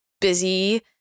busy